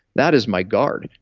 that is my guard.